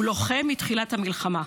הוא לוחם מתחילת המלחמה.